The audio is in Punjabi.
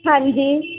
ਹਾਂਜੀ ਜੀ